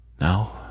Now